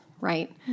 right